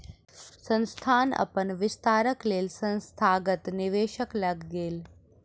संस्थान अपन विस्तारक लेल संस्थागत निवेशक लग गेल